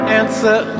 answer